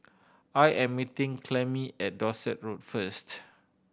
I am meeting Clemmie at Dorset Road first